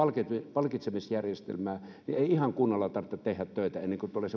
palkitsemisjärjestelmää niin ei ihan kunnolla tarvitse tehdä töitä ennen kuin tulee